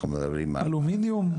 אלומיניום?